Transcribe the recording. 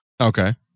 Okay